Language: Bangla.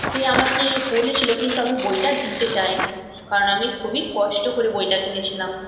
সে আমাকে বলেছিল কিন্তু আমি বইটা দিতে চাইনি কারণ আমি খুবই কষ্ট করে বইটা কিনেছিলাম